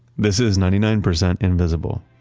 this is ninety nine percent invisible,